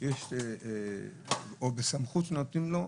לו תחום אחריות, או סמכות שנותנים לו,